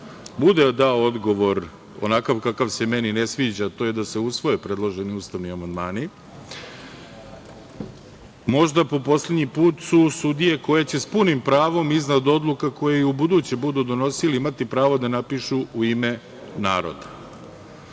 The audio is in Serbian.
bude dao odgovor onakav kakav se meni ne sviđa, a to je da se usvoje predloženi ustavni amandmani, možda po poslednji put su sudije koje će s punim pravom iznad odluka koje i u buduće budu donosili imati pravo da napišu u ime naroda. To